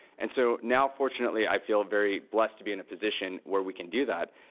and so now, fortunately, i feel very blessed to be in a position where we can do that.